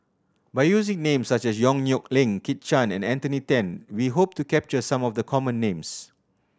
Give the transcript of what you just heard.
by using names such as Yong Nyuk Lin Kit Chan and Anthony Then we hope to capture some of the common names